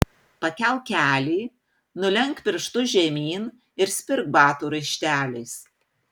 pakelk kelį nulenk pirštus žemyn ir spirk batų raišteliais